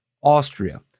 Austria